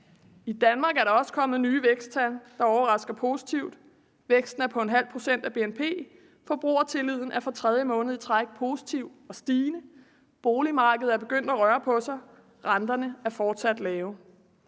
I Danmark er der også kommet nye væksttal, der overrasker positivt. Væksten er på ½ pct. af BNP, forbrugertilliden er for tredje måned i træk positiv og stigende. Boligmarkedet er begyndt at røre på sig, renterne er fortsat lave.